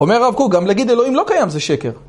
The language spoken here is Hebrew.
אומר הרב קוק להגיד אלוהים לא קיים זה שקר